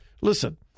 listen